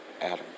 Adam